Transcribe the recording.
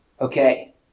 Okay